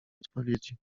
odpowiedzi